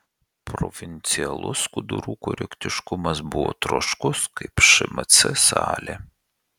provincialus skudurų korektiškumas buvo troškus kaip šmc salė